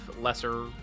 lesser